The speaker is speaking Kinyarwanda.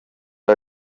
ari